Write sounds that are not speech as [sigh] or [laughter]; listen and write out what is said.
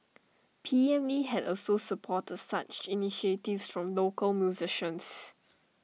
P M lee had also supported such initiatives [unintelligible] local musicians